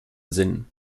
sinn